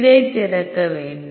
இதை திறக்க வேண்டும்